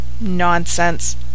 Nonsense